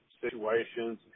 situations